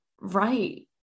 right